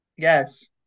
Yes